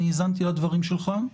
אני האזנתי לדברים שלך,